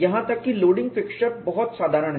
यहां तक कि लोडिंग फिक्श्चर बहुत साधारण हैं